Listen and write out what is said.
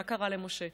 מה קרה למשה?